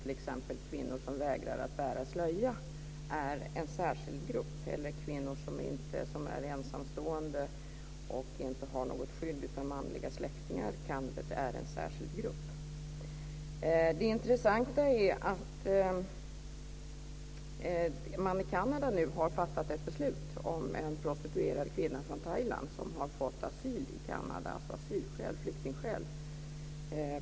T.ex. är kvinnor som vägrar att bära slöja en särskild grupp, och kvinnor som är ensamstående och inte har något skydd av manliga släktingar är en särskild grupp. Det intressanta är att man i Kanada nu har fattat ett beslut om en prostituerad kvinna från Thailand. Hon har fått asyl i Kanada av flyktingskäl.